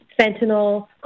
fentanyl